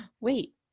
Wait